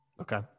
Okay